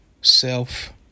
self